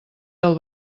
del